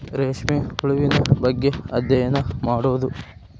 ರೇಶ್ಮೆ ಹುಳುವಿನ ಬಗ್ಗೆ ಅದ್ಯಯನಾ ಮಾಡುದು